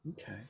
Okay